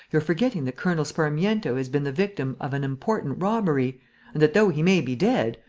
you're forgetting that colonel sparmiento has been the victim of an important robbery and that, though he may be dead,